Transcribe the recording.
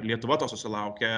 lietuva to susilaukia